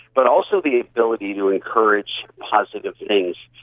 but also the ability to encourage positive things.